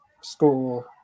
school